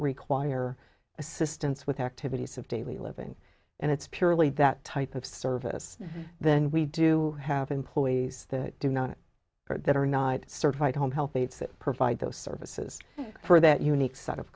require assistance with activities have we live in and it's purely that type of service then we do have employees that do not that are not certified home health aides that provide those services for that unique set of